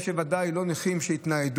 או שהם לא נכים עם בעיית התניידות,